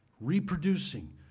Reproducing